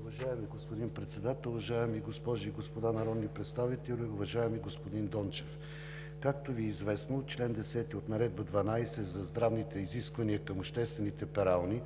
Уважаеми господин Председател, уважаеми госпожи и господа народни представители! Уважаеми господин Дончев, както Ви е известно, чл. 10 от Наредба № 12 за здравните изисквания към обществените перални